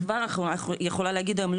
אני כבר יכולה להגיד היום,